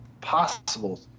possible